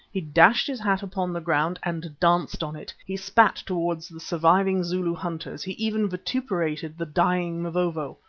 he dashed his hat upon the ground, and danced on it he spat towards the surviving zulu hunters he even vituperated the dying mavovo.